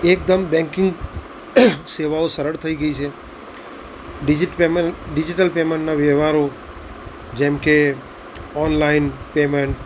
એકદમ બેન્કિંગ સેવાઓ સરળ થઈ ગઈ છે ડિજિટલ પેમેન ડિજિટલ પેમેન્ટના વ્યવહારો જેમ કે ઓનલાઇન પેમેન્ટ